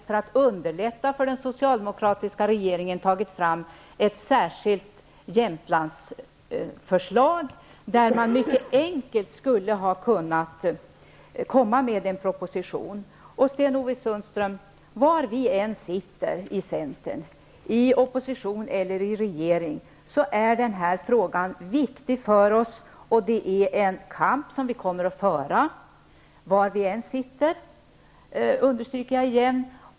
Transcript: För att göra det lättare för den socialdemokratiska har vi t.o.m. tagit fram ett särskilt Jämtlandsförslag. Det skulle således kunna vara mycket enkelt att få fram en proposition. Sten-Ove Sundström, var centern än sitter, i opposition eller i regering, är den här frågan viktig för oss. Det är en kamp som vi kommer att föra, var vi än sitter, understryker jag igen.